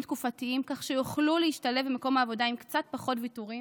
תקופתיים כך שיוכלו להשתלב במקום העבודה עם קצת פחות ויתורים,